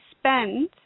spend